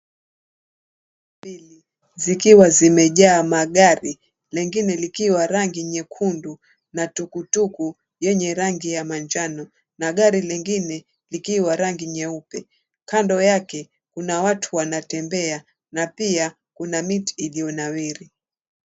Zikiwa zimejaa magari, mengine likiwa rangi nyekundu na tukutuku yenye rangi ya manjano na gari lingine, likiwa rangi nyeupe. Kando yake, kuna watu wanatembea na pia, kuna miti iliyonawiri.